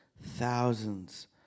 thousands